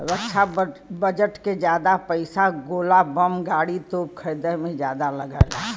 रक्षा budget के जादा पइसा गोला बम गाड़ी, तोप खरीदे में जादा लगला